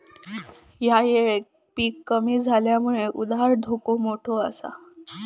ह्या येळेक पीक कमी इल्यामुळे उधार धोका मोठो आसा